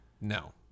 No